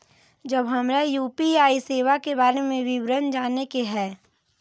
जब हमरा यू.पी.आई सेवा के बारे में विवरण जाने के हाय?